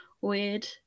weird